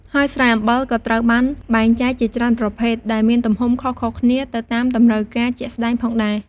ហើយស្រែអំបិលក៏ត្រូវបានបែងចែកជាច្រើនប្រភេទ ដែលមានទំហំខុសៗគ្នា ទៅតាមតម្រូវការជាក់ស្ដែងផងដែរ។